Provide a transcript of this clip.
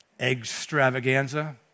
extravaganza